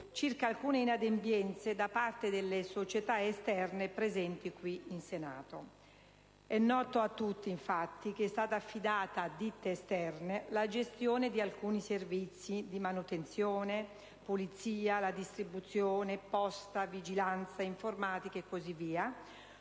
circa alcune certe inadempienze da parte delle società esterne presenti qui in Senato. È noto a tutti che è stata affidata a ditte esterne la gestione di alcuni servizi di manutenzione, pulizia, distribuzione, posta, vigilanza, informatica, e così via,